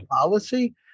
policy